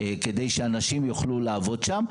כדי שאנשים יוכלו לעבוד שם,